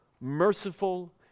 merciful